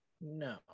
No